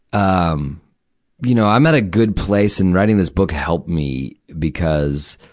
um you know, i'm at a good place, and writing this book helped me, because,